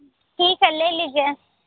ठीक है ले लीजिए